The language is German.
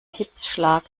hitzschlag